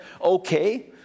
okay